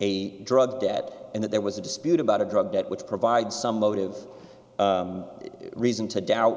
a drug debt and that there was a dispute about a drug that would provide some motive reason to doubt